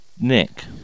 Nick